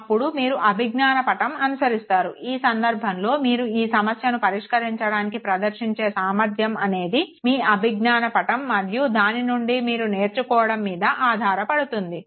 అప్పుడు మీరు అభిజ్ఞాన పటం అనుసరిస్తారు ఈ సంధర్భంలో మీరు ఈ సమస్యను పరిష్కరించడానికి ప్రదర్శించే సామర్ధ్యం అనేది మీ అభిజ్ఞాన పటం మరియు దాని నుండి మీరు నేర్చుకోవడం మీద ఆధారపడుతుంది